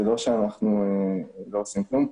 זה לא שאנחנו לא עושים כלום.